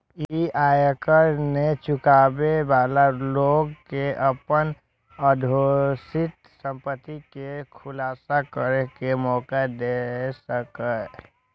ई आयकर नै चुकाबै बला लोक कें अपन अघोषित संपत्ति के खुलासा करै के मौका देलकै